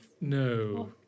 no